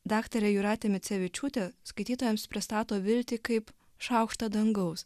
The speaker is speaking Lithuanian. daktarė jūratė micevičiūtė skaitytojams pristato viltį kaip šaukštą dangaus